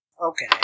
Okay